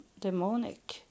demonic